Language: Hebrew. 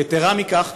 יתרה מכך,